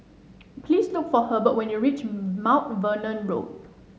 please look for Hebert when you reach Mount Vernon Road